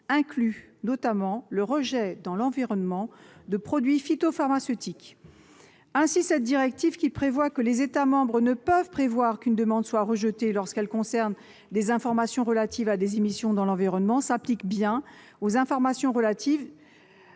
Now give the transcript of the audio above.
inclut notamment le rejet dans l'environnement de produits phytopharmaceutiques. Ainsi, cette directive précisant que les États membres ne peuvent prévoir qu'une demande d'accès à des informations relatives à des émissions dans l'environnement soit rejetée s'applique bien aux informations relatives